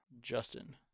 Justin